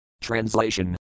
Translation